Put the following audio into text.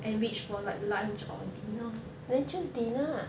and reach for like lunch or dinner